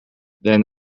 than